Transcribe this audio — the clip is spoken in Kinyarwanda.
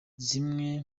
zimwe